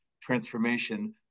transformation